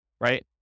right